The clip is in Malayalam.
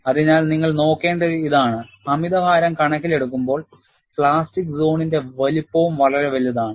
അതിനാൽ നിങ്ങൾ നോക്കേണ്ടത് ഇതാണ് അമിതഭാരം കണക്കിലെടുക്കുമ്പോൾ പ്ലാസ്റ്റിക് സോണിന്റെ വലുപ്പം വളരെ വലുതാണ്